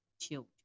children